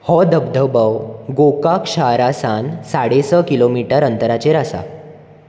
हो धबधबो गोकाक शारा सावन साडे स किलोमिटर अंतराचेर आसा